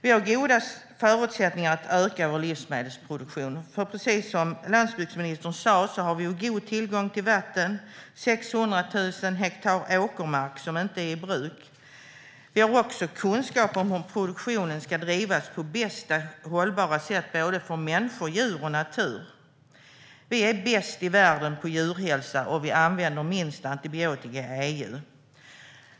Vi har goda förutsättningar att öka vår livsmedelsproduktion. Som landsbygdsministern sa har vi god tillgång till vatten. Vi har 600 000 hektar åkermark som inte är i bruk. Vi har kunskap om hur produktionen ska drivas på bästa hållbara sätt för människor, djur och natur. Vi är bäst i världen på djurhälsa, och vi använder minst antibiotika i EU.